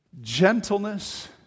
gentleness